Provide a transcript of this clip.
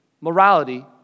morality